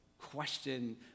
question